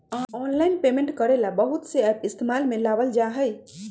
online payment करे ला बहुत से एप इस्तेमाल में लावल जा हई